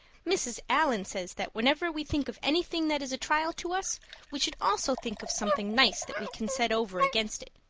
mrs. allan says that whenever we think of anything that is a trial to us we should also think of something nice that we can set over against it.